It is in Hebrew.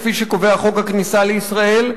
כפי שקובע חוק הכניסה לישראל,